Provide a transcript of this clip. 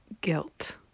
guilt